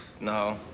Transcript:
No